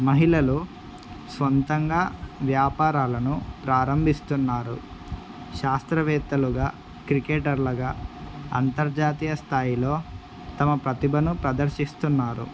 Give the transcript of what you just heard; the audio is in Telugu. మహిళలు సొంతంగా వ్యాపారాలను ప్రారంభిస్తున్నారు శాస్త్రవేత్తలుగా క్రికెటర్లుగా అంతర్జాతీయ స్థాయిలో తమ ప్రతిభను ప్రదర్శిస్తున్నారు